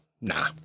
nah